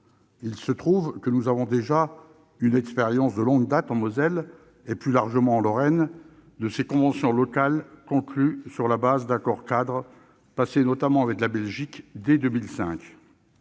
Il se trouve que nous avons déjà une expérience de longue date en Moselle, plus particulièrement en Lorraine, de ces conventions locales conclues sur la base d'accords-cadres passés dès 2005, notamment avec la Belgique.